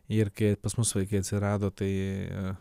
ir kai pas mus vaikai atsirado tai